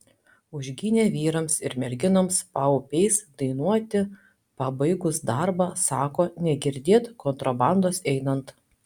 užgynė vyrams ir merginoms paupiais dainuoti pabaigus darbą sako negirdėt kontrabandos einant